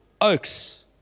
oaks